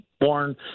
Born